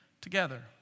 together